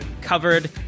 covered